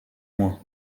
moi